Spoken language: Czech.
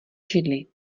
židli